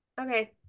okay